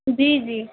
जी जी